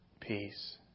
peace